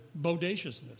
bodaciousness